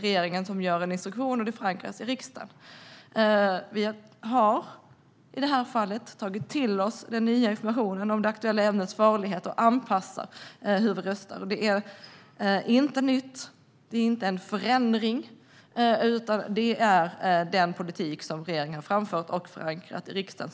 Regeringen skriver en instruktion som sedan förankras i riksdagen. I detta fall har vi tagit till oss den nya informationen om det aktuella ämnets farlighet, och vi anpassar oss efter det när vi röstar. Detta är inget nytt och innebär ingen förändring, utan nu tillämpas den politik som regeringen har framfört och förankrat i riksdagen.